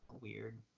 weird